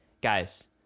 Guys